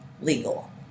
legal